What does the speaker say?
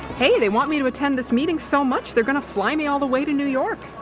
hey, they want me to attend this meeting so much they're gonna fly me all the way to new york.